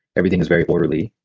everything was very orderly.